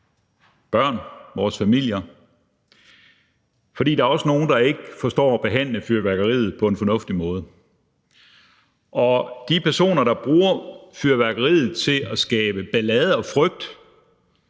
børn og vores familier, fordi der også er nogle, der ikke forstår at behandle fyrværkeriet på en fornuftig måde. Og de personer, der bruger fyrværkeriet til at skabe ballade og frygt,